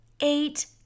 eight